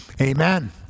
Amen